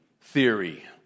theory